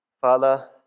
Father